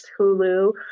Hulu